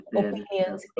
opinions